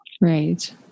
Right